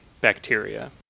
bacteria